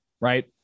right